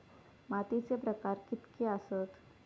मातीचे प्रकार कितके आसत?